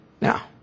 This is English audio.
Now